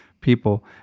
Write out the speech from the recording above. people